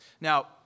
Now